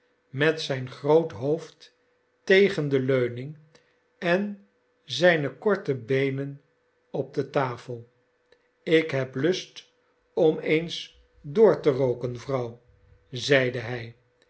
met zijn groot hoofd tegen de leuning en zijne korte b nen op de tafel ik heb lust om eens doorte rooken vrouw zeide hij